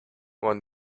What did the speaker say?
one